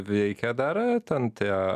veikia dar ten tie